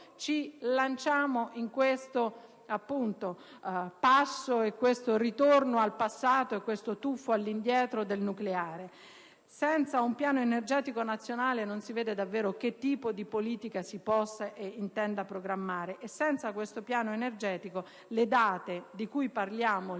ci lanciamo in questo passo - con un ritorno al passato, un tuffo all'indietro - del nucleare. Senza un piano energetico nazionale non si vede davvero che tipo di politica si possa e si intenda programmare; senza tale piano, le date e le cifre di cui parliamo